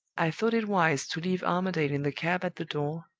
i thought it wise to leave armadale in the cab at the door,